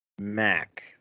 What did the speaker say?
Mac